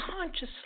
consciously